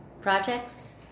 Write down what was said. projects